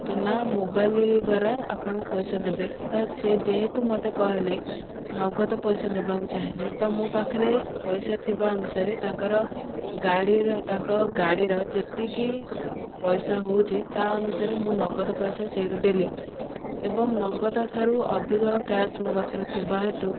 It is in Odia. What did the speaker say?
ତ ନା ମୋବାଇଲ ଦ୍ୱାରା ଆପଣ ପଇସା ଦେବେ ତ ସେ ଯେହେତୁ ମୋତେ କହିଲେ ନଗଦ ପଇସା ଦେବାକୁ ଚାହିଁଲେ ତ ମୋ ପାଖରେ ପଇସା ଥିବା ଅନୁସାରେ ତାଙ୍କର ଗାଡ଼ିର ତାଙ୍କ ଗାଡ଼ିର ଯେତିକି ପଇସା ହେଉଛି ତା' ଅନୁସାରେ ମୁଁ ନଗଦ ପଇସା ସେଇଠୁ ଦେଲି ଏବଂ ନଗଦ ଠାରୁ ଅଧିକ କ୍ୟାସ୍ ମୋ ପାଖରେ ଥିବା ହେତୁ